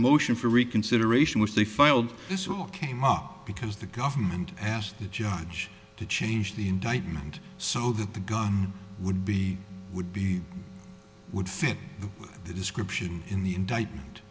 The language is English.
motion for reconsideration which they filed this all came up because the government asked the judge to change the indictment so that the gun would be would be would fit the description in the indictment